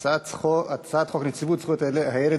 הצעת חוק נציבות זכויות הילד,